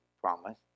promise